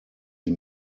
sie